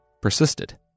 persisted